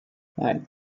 nein